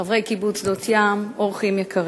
חברי קיבוץ שדות-ים, אורחים יקרים,